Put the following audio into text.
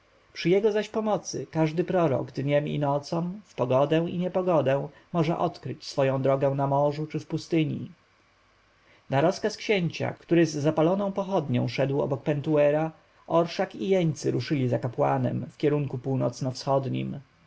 przy jego zaś pomocy każdy prorok dniem i nocą w pogodę i niepogodę może odkryć swoją drogę na morzu czy w pustyni na rozkaz księcia który z zapaloną pochodnią szedł obok pentuera orszak i jeńcy ruszyli za kapłanem w kierunku północno-wschodnim